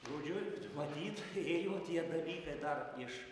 žodžiu matyt ėjo dalykai dar iš